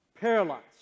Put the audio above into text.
Paralyzed